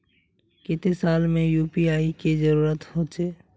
केते साल में यु.पी.आई के जरुरत होचे?